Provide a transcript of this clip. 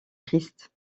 christ